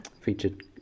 featured